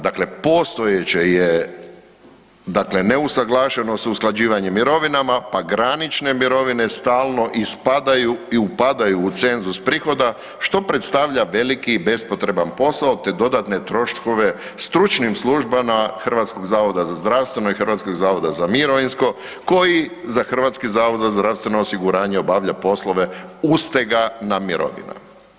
Dakle, postojeće je dakle neusuglašeno sa usklađivanjem mirovina, pa granične mirovine stalno ispadaju i upadaju u cenzus prihoda što predstavlja veliki i bespotreban posao te dodatne troškove stručnim službama Hrvatskog zavoda za zdravstveno i Hrvatskog zavoda za mirovinsko koji za Hrvatski zavod za zdravstveno osiguranje obavlja poslove ustega na mirovine.